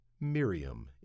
Miriam